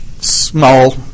small